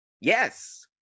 Yes